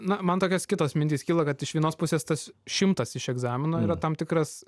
na man tokios kitos mintys kyla kad iš vienos pusės tas šimtas iš egzamino yra tam tikras